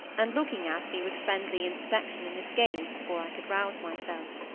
and looking at me with friendly inspection in his gaze, before i could rouse myself.